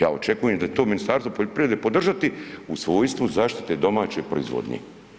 Ja očekujem da će to Ministarstvo poljoprivrede podržati u svojstvu zaštite domaće proizvodnje.